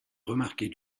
remarquer